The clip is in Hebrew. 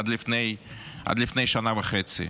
עד לפני שנה וחצי.